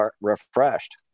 refreshed